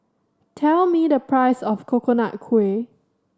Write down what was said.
tell me the price of Coconut Kuih